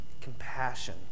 compassion